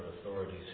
authorities